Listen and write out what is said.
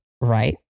right